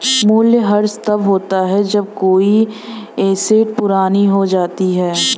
मूल्यह्रास तब होता है जब कोई एसेट पुरानी हो जाती है